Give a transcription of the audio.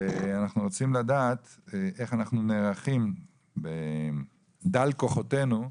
ואנחנו רוצים לדעת איך אנחנו נערכים בדל כוחותינו,